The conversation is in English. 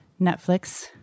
Netflix